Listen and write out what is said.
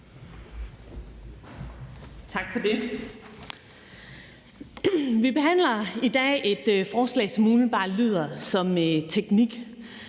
Tak for det. Vi behandler i dag et forslag, som umiddelbart lyder som noget teknik.